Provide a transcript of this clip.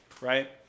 Right